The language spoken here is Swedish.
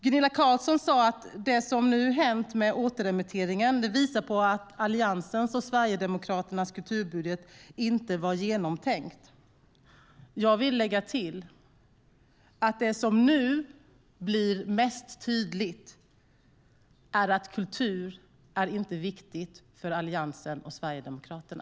Gunilla Carlsson sa att det som nu har hänt med återremitteringen visar på att Alliansens och Sverigedemokraternas kulturbudget inte var genomtänkt. Jag vill lägga till att det som nu blir mest tydligt är att kultur inte är viktigt för Alliansen och Sverigedemokraterna.